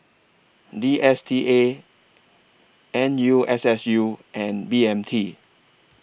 D S T A N U S S U and B M T